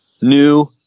new